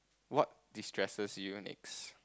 what destresses you next